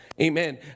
Amen